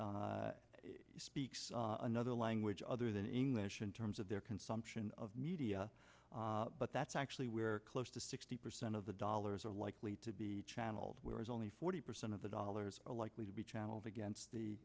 population speaks another language other than english in terms of their consumption of media but that's actually where close to sixty percent of the dollars are likely to be channeled whereas only forty percent of the dollars are likely to be channeled against the